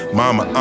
mama